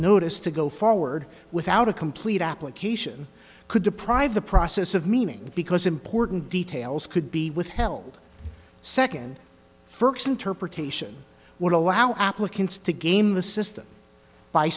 notice to go forward without a complete application could deprive the process of meaning because important details could be withheld second ferguson turp or cation would allow applicants to game the system by